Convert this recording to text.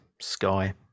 Sky